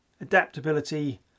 adaptability